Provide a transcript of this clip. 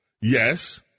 Yes